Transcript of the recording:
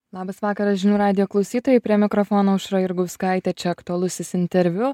labas vakaras žinių radijo klausytojai prie mikrofono aušra jurgauskaitė čia aktualusis interviu